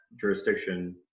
jurisdiction